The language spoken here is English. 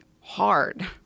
hard